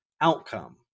outcome